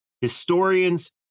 Historians